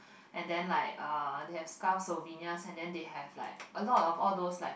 and then like uh they have scarves souvenirs and then they have like a lot of all those like